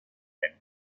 rem